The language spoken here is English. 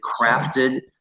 crafted